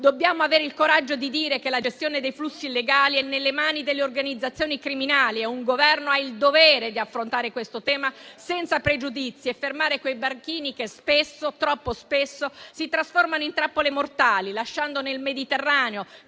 Dobbiamo avere il coraggio di dire che la gestione dei flussi illegali è nelle mani delle organizzazioni criminali e che un Governo ha il dovere di affrontare questo tema senza pregiudizi e di fermare quei barchini che troppo spesso si trasformano in trappole mortali, lasciando nel Mediterraneo,